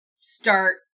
start